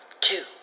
two